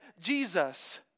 Jesus